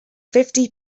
fifty